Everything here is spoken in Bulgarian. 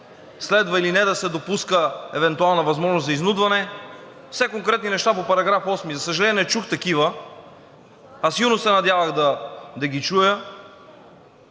следва или не да се допуска евентуална възможност за изнудване – все конкретни неща по § 8. За съжаление, не чух такива, а силно се надявах да ги чуя.